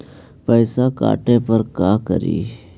पैसा काटे पर का करि?